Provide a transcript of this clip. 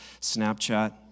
Snapchat